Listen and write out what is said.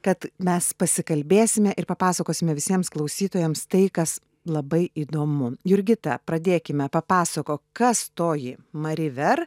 kad mes pasikalbėsime ir papasakosime visiems klausytojams tai kas labai įdomu jurgita pradėkime papasakok kas toji mari ver